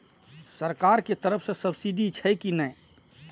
सरकार के तरफ से सब्सीडी छै कि नहिं?